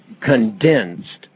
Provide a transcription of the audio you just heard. condensed